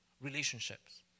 relationships